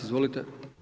Izvolite.